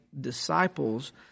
disciples